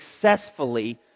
successfully